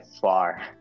far